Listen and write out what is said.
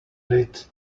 lit